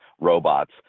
robots